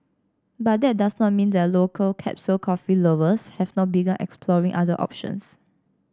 but that does not mean that local capsule coffee lovers have not begun exploring other options